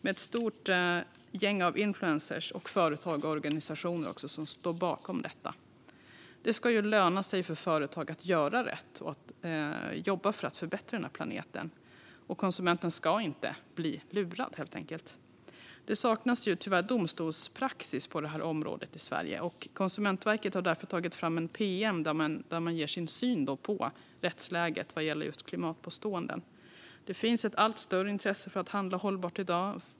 Ett stort gäng med influencers, företag och organisationer står bakom det. Det ska löna sig för företag att göra rätt och att jobba för att förbättra planeten. Konsumenten ska inte bli lurad. Tyvärr saknas domstolspraxis på detta område i Sverige. Konsumentverket har därför tagit fram ett pm där man ger sin syn på rättsläget vad gäller klimatpåståenden. Det finns ett allt större intresse för att handla hållbart i dag.